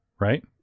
right